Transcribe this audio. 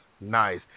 nice